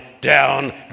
down